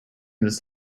this